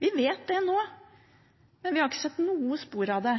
Vi vet det nå, men vi har ikke sett spor av det